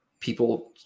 people